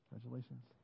Congratulations